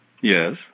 Yes